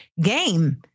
game